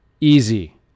easy